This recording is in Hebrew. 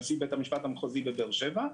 נשיא בית המשפט המחוזי בבאר שבע,